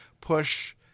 push